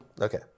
Okay